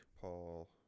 Paul